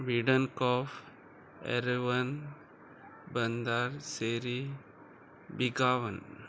वीडन कॉफ एरवन बंदार सेरी बिकावन